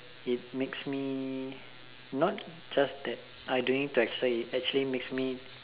it makes me not just that I don't need to exercise it actually makes me